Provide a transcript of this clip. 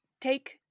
take